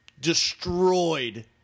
destroyed